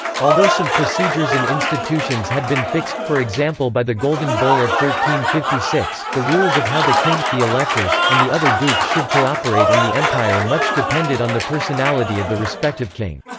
although some procedures and institutions had been fixed, for example by the golden bull of fifty six, the rules of how the king, the electors, and the other dukes should cooperate in the empire much depended on the personality of the respective king.